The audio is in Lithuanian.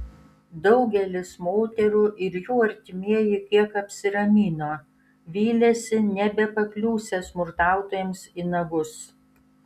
daugelis moterų ir jų artimieji kiek apsiramino vylėsi nebepakliūsią smurtautojams į nagus